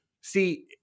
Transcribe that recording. See